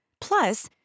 Plus